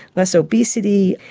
less obesity,